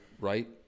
right